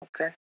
Okay